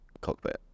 cockpit